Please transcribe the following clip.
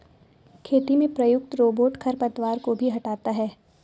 खेती में प्रयुक्त रोबोट खरपतवार को भी हँटाता है